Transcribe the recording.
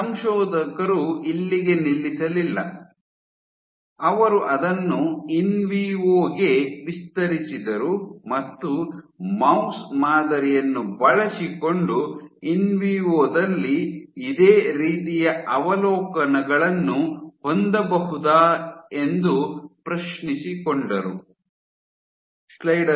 ಸಂಶೋಧಕರು ಇಲ್ಲಿಗೆ ನಿಲ್ಲಿಸಲಿಲ್ಲ ಅವರು ಅದನ್ನು ಇನ್ವಿವೊಗೆ ವಿಸ್ತರಿಸಿದರು ಮತ್ತು ಮೌಸ್ ಮಾದರಿಯನ್ನು ಬಳಸಿಕೊಂಡು ಇನ್ವಿವೊ ದಲ್ಲಿ ಇದೇ ರೀತಿಯ ಅವಲೋಕನಗಳನ್ನು ಹೊಂದಬಹುದಾ ಎಂದು ಪ್ರಶ್ನಿಸಿಕೊಂಡರು